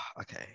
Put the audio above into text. okay